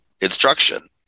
instruction